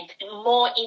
more